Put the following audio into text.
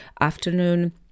afternoon